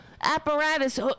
apparatus